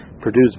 produce